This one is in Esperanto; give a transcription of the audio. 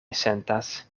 sentas